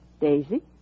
Daisy